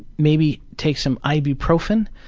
maybe take some ibuprofen,